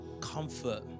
comfort